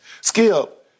Skip